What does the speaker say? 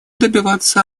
добиваться